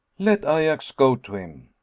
let ajax go to him.